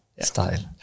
style